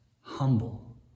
humble